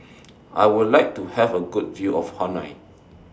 I Would like to Have A Good View of Hanoi